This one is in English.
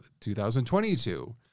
2022